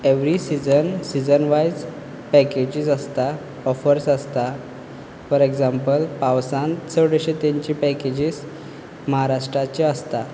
every season season व्हायज packages आसतात offers आसतात फोर एक्जांपल पावसान चड अश्यो तेंच्यो पेकेजीस महाराष्ट्राच्यो आसतात